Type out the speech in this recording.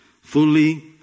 fully